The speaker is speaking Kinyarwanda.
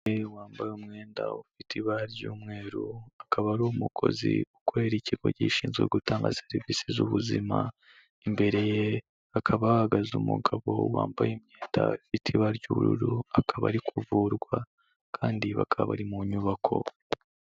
Umugore wambaye umwenda ufite ibara ry'umweru, akaba ari umukozi ukorera ikigo gishinzwe gutanga serivisi z'ubuzima, imbere ye hakaba hahagaze umugabo wambaye imyenda ifite ibara ry'ubururu, akaba ari kuvurwa kandi bakaba bari mu nyubako.